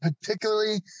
particularly